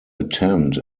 attend